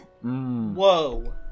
Whoa